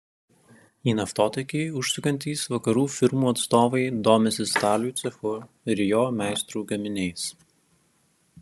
į naftotiekį užsukantys vakarų firmų atstovai domisi stalių cechu ir jo meistrų gaminiais